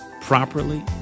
properly